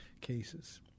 cases